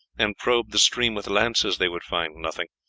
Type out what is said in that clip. and probed the stream with lances, they would find nothing.